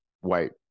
white